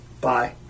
Bye